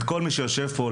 את כל מי שיושב פה,